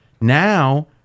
Now